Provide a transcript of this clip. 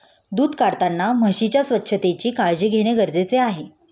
दूध काढताना म्हशीच्या स्वच्छतेची काळजी घेणे गरजेचे आहे